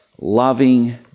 loving